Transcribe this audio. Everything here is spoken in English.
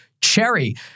Cherry